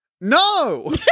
No